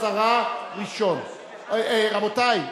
10. רבותי,